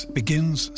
begins